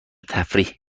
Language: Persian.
تفریح